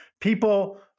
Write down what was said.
People